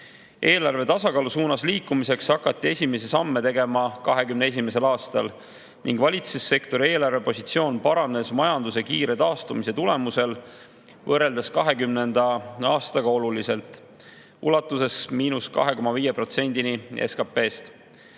Eelarve tasakaalu suunas liikumiseks hakati esimesi samme tegema 2021. aastal ning valitsussektori eelarvepositsioon paranes majanduse kiire taastumise tulemusel võrreldes 2020. aastaga oluliselt, ulatudes –2,5%‑ni SKP‑st.